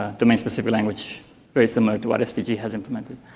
ah domain-specific language very similar to what svg yeah has implemented.